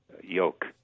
yoke